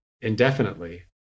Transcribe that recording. indefinitely